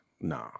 nah